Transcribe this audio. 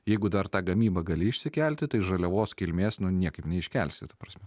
jeigu dar tą gamybą gali išsikelti tai žaliavos kilmės nu niekaip neiškelsi ta prasme